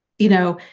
you know,